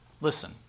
Listen